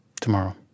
tomorrow